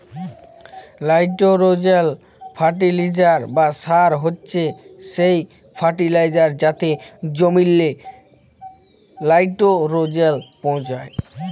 লাইটোরোজেল ফার্টিলিসার বা সার হছে সেই ফার্টিলিসার যাতে জমিললে লাইটোরোজেল পৌঁছায়